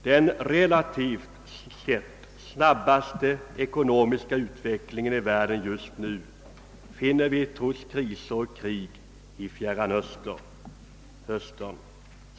Den relativt sett snabbaste ekonomiska utvecklingen i världen just nu finner vi, trots kriser och krig, i Fjärran Östern.